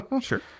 Sure